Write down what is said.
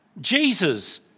Jesus